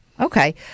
Okay